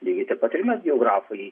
lygiai taip pat ir mes geografai